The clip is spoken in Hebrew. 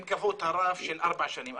הם קבעו את הרף של ארבע שנים.